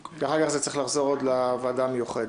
כי אחר כך זה צריך לחזור עוד לוועדה המיוחדת.